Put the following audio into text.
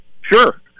sure